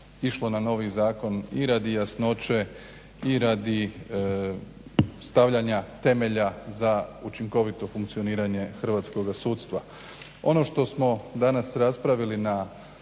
išlo na novi zakon i radi jasnoće i radi stavljanja temelja za učinkovito funkcioniranje hrvatskoga sudstva. Ono što smo danas raspravili na